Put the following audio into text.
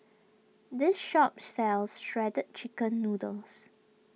this shop sells Shredded Chicken Noodles